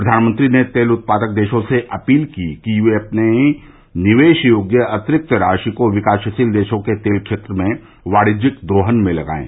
प्रधानमंत्री ने तेल उत्पादक देशों से अपील की कि वे अपनी निवेश योग्य अतिरिक्त राशि को विकासशील देशों के तेल क्षेत्र में वाणिज्यिक दोहन में लगायें